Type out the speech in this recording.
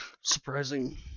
surprising